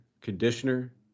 conditioner